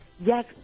Yes